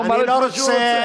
לומר את מה שהוא רוצה.